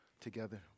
together